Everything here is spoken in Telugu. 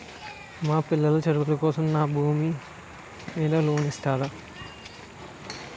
మా పిల్లల చదువు కోసం నాకు నా భూమి మీద లోన్ ఇస్తారా?